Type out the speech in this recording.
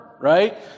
right